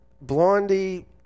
Blondie